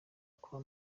kwa